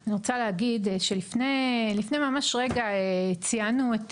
אני רוצה להגיד שלפני ממש רגע ציינו את